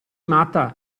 matta